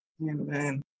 Amen